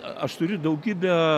aš turiu daugybę